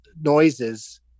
noises